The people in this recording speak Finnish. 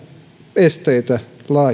lisäesteitä